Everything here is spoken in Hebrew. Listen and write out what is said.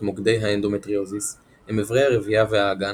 מוקדי האנדומטריוזיס הם איברי הרבייה והאגן,